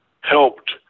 helped